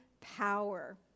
power